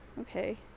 okay